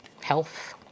Health